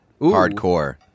Hardcore